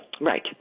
Right